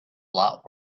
lot